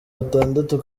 batandatu